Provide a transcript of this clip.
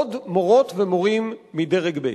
עוד מורות ומורים מדרג ב'.